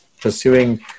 pursuing